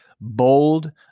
bold